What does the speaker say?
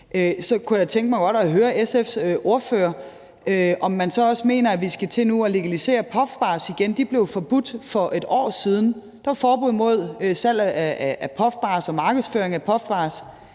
kunne jeg godt tænke mig at høre SF's ordfører, om man så også mener, at vi skal til nu at legalisere puffbars igen. De blev forbudt for et år siden. Det var forbud mod salg af puffbars og markedsføring af puffbars.